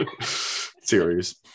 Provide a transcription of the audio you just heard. series